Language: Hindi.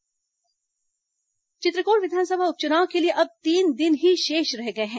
चित्रकोट उपचुनाव चित्रकोट विधानसभा उप चुनाव के लिए अब तीन दिन ही शेष रह गए हैं